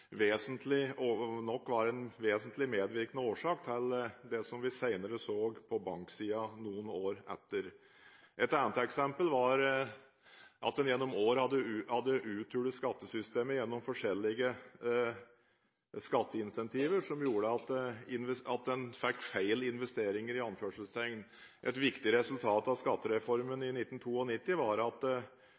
vesentlig medvirkende årsak til det som vi senere så på banksiden noen år etter. Et annet eksempel var at en gjennom år hadde uthulet skattesystemet gjennom forskjellig skatteincentiver som gjorde at en fikk feil «investeringer». Et viktig resultat av skattereformen i 1992 var at